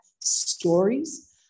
stories